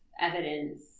evidence